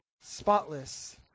spotless